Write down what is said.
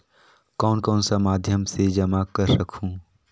कौन कौन सा माध्यम से जमा कर सखहू?